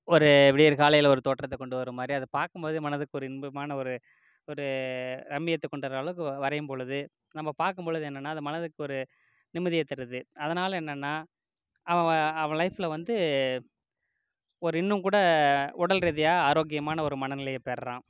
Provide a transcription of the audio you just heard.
ஒரு விடியற்காலையில் ஒரு தோற்றத்தை கொண்டு வர மாதிரி அதை பார்க்கும்போதே மனதுக்கு ஒரு இன்பமான ஒரு ஒரு ரம்மியத்தை கொண்டு வர அளவுக்கு வரையும்பொழுது நம்ம பார்க்கும்பொழுது என்னென்ன அது மனதுக்கு ஒரு நிம்மதியை தருது அதனால் என்னென்னா அவங்க அவன் லைஃப்ல வந்து ஒரு இன்னும் கூட உடல் ரீதியாக ஆரோக்கியமான ஒரு மனநிலையை பெறுகிறான்